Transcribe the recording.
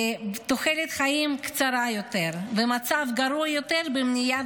תוחלת חיים קצרה יותר ומצב גרוע יותר במניעת